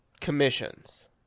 commissions